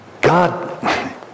God